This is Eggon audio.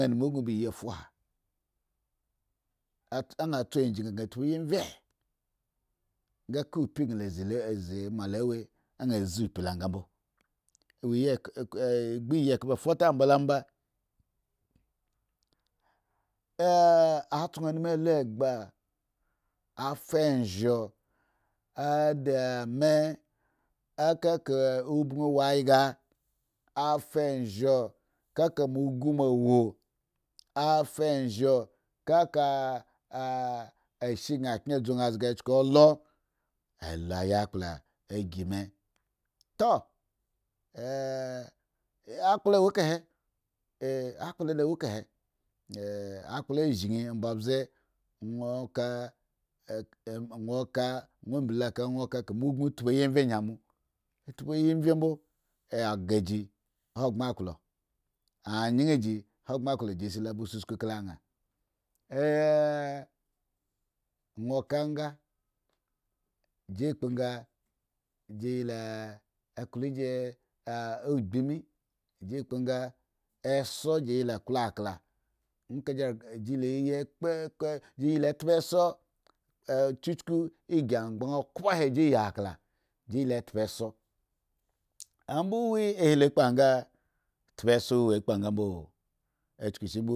Anumu gun ba iyi fuha ar tso a jin gan tpiyi vye anga ka obi gan a zi ma lo we anga d opi lo ga mbo gbu yi afate mbo ambalo amba. atsoh numuhe aluesha a fa arizho ademew akaka obon wo ayga, a fa anzho kaka mo usu mo wo fa anzho kaka ashe gan kyen dzu an zga chuku do a lu aypla agi me tou akpla la wo eka he ah akpla la wo ekahe akpla azhin omba abze won lca woh blilo ka won ka kama ugun tpiyi vye ayin mo tpiyi vye mbo agaji aga ji ahagbren a klo, ayin ji ahogbren klo ba ji se lo ba sus ku kala nga won ka anga ji kpo anga jila awoji jikpo anga jila ogbii me eso ji ye la klo aglajiye la tpa eso ki angban okobo he ji layi akla etpa eso abo ohhi ehelo kpo anga